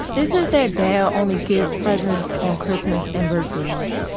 it's just that dad only gives presents on christmas and birthdays.